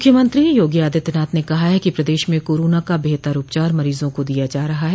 मुख्यमंत्री योगी आदित्यनाथ ने कहा कि प्रदेश में कोरोना का बेहतर उपचार मरीजों को दिया जा रहा है